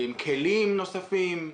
כלים נוספים?